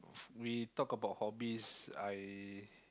we talk about hobbies I